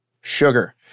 sugar